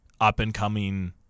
up-and-coming